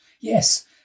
Yes